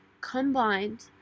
combined